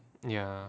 ya